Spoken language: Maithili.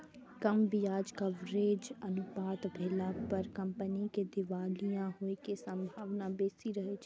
कम ब्याज कवरेज अनुपात भेला पर कंपनी के दिवालिया होइ के संभावना बेसी रहै छै